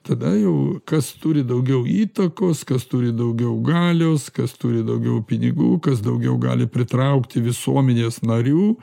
tada jau kas turi daugiau įtakos kas turi daugiau galios kas turi daugiau pinigų kas daugiau gali pritraukti visuomenės narių